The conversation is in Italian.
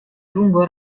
lungo